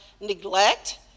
neglect